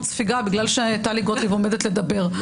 ספיגה בגלל שטלי גוטליב עומדת לדבר,